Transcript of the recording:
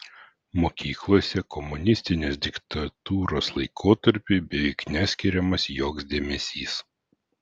mokyklose komunistinės diktatūros laikotarpiui beveik neskiriamas joks dėmesys